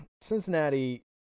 Cincinnati